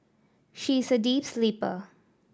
she is a deep sleeper